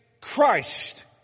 Christ